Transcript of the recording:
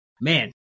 man